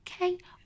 okay